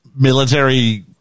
military